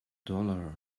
dollar